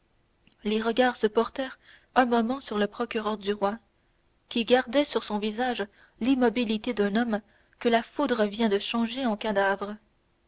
les regards se portèrent un moment sur le procureur du roi qui gardait sur son siège l'immobilité d'un homme que la foudre vient de changer en cadavre